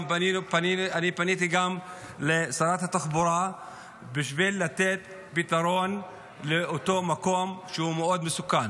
אני פניתי גם לשרת התחבורה בשביל לתת פתרון לאותו מקום שהוא מאוד מסוכן.